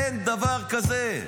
אין דבר כזה.